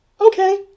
okay